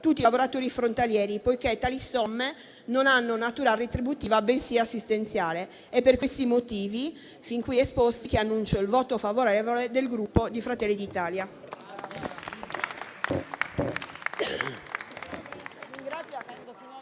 tutti i lavoratori frontalieri, poiché tali somme hanno natura non retributiva, bensì assistenziale. È per i motivi fin qui esposti che annuncio il voto favorevole del Gruppo Fratelli d'Italia.